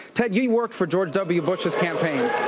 ted, you you worked for george w. bush's campaign.